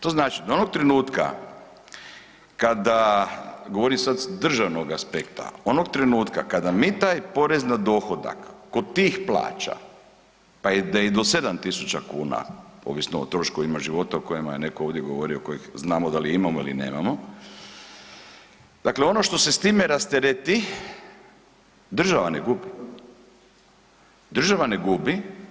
To znači da onog trenutka kada, govorim sada s državnog aspekta, onog trenutka kada mi taj porez na dohodak kod tih plaća pa da je i do 7.000 kuna, ovisno o troškovima života o kojima je neko ovdje govorio kojih znamo da li imamo ili nemamo, dakle ono što se s time rastereti država ne gubi.